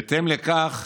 בהתאם לכך,